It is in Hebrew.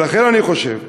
ולכן אני חושב,